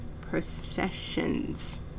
processions